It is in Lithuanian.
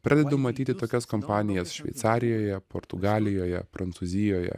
pradedu matyti tokias kompanijas šveicarijoje portugalijoje prancūzijoje